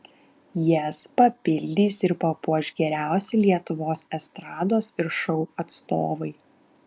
jas papildys ir papuoš geriausi lietuvos estrados ir šou atstovai